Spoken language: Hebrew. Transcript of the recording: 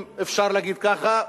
אם אפשר להגיד ככה,